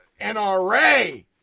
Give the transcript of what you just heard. NRA